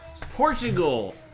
Portugal